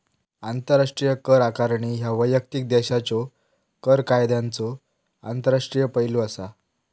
आंतरराष्ट्रीय कर आकारणी ह्या वैयक्तिक देशाच्यो कर कायद्यांचो आंतरराष्ट्रीय पैलू असा